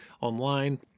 online